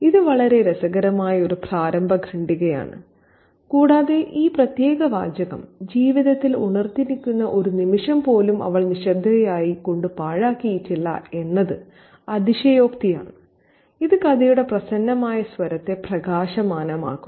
ഇത് വളരെ രസകരമായ ഒരു പ്രാരംഭ ഖണ്ഡികയാണ് കൂടാതെ ഈ പ്രത്യേക വാചകം ജീവിതത്തിൽ ഉണർന്നിരിക്കുന്ന ഒരു നിമിഷം പോലും അവൾ നിശ്ശബ്ദയായി കൊണ്ട് പാഴാക്കിയിട്ടില്ല എന്നത് അതിശയോക്തിയാണ് ഇത് കഥയുടെ പ്രസന്നമായ സ്വരത്തെ പ്രകാശമാനമാക്കുന്നു